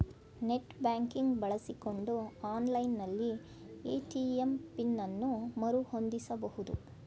net banking ಬಳಸಿಕೊಂಡು online ನಲ್ಲಿ ATM PIN ಅನ್ನು ಮರು ಹೊಂದಿಸಬಹುದು